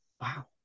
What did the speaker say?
Wow